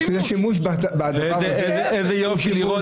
אתה יודע שזה שימוש --- איזה יופי לראות